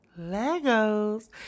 Legos